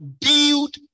Build